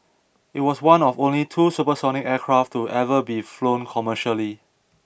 it was one of only two supersonic aircraft to ever be flown commercially